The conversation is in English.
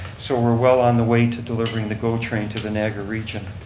so we're well on the way to delivering the go train to the niagara region.